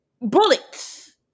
bullets